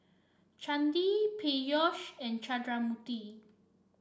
Chandi Peyush and Chundramoorthy